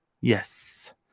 Yes